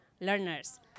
learners